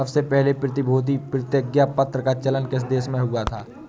सबसे पहले प्रतिभूति प्रतिज्ञापत्र का चलन किस देश में हुआ था?